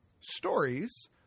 stories